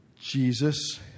Jesus